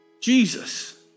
Jesus